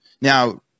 Now